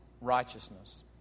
righteousness